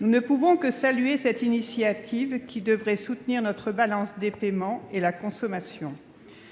Nous ne pouvons que saluer cette initiative, qui devrait soutenir notre balance des paiements et la consommation.